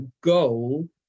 goal